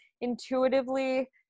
intuitively